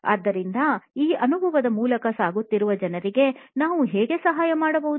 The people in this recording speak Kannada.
ಆದ್ದರಿಂದ ಈ ಅನುಭವದ ಮೂಲಕ ಸಾಗುತ್ತಿರುವ ಜನರಿಗೆ ನಾವು ಹೇಗೆ ಸಹಾಯ ಮಾಡಬಹುದು